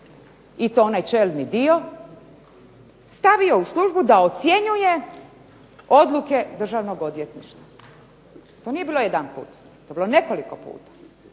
i to onaj čelni dio stavio u službu da ocjenjuje odluke državnog odvjetništva. To nije bilo jedanput. To je bilo nekoliko puta,